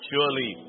Surely